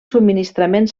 subministrament